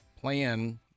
plan